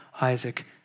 Isaac